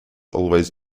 always